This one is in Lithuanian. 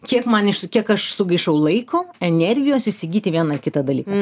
kiek man iš kiek aš sugaišau laiko energijos įsigyti vieną ar kitą dalyką